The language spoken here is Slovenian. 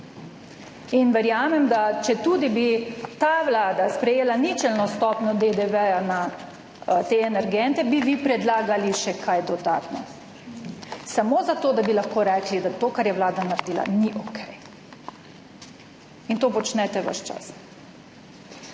In verjamem, da četudi bi ta vlada sprejela ničelno stopnjo DDV na te energente, bi vi predlagali še kaj dodatno, samo zato, da bi lahko rekli, da to, kar je vlada naredila, ni okej. In to počnete ves čas.